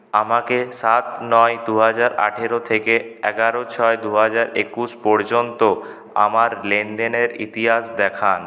আমাকে সাত নয় দু হাজার আঠারো থেকে এগারো ছয় দু হাজার একুশ পর্যন্ত আমার লেনদেনের ইতিহাস দেখান